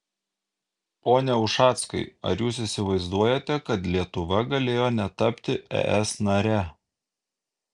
pone ušackai ar jūs įsivaizduojate kad lietuva galėjo netapti es nare